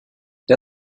der